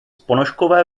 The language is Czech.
ponožkové